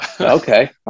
Okay